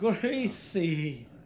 greasy